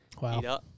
Wow